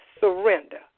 Surrender